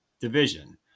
division